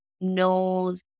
knows